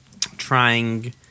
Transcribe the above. Trying